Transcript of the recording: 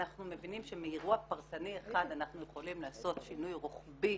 אנחנו מבינים שמאירוע פרטני אחד אנחנו יכולים לעשות שינוי רוחבי